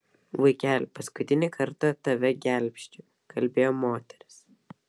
vaikeli paskutinį kartą tave gelbsčiu kalbėjo moteris